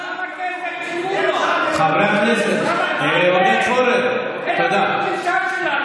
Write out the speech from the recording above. חבר הכנסת עודד פורר, תודה.